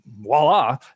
voila